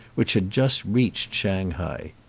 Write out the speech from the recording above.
which had just reached shanghai.